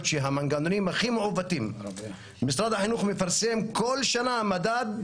שהמנגנונים הכי מעוותים משרד החינוך מפרסם כל שנה מדד,